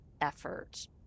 effort